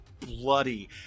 bloody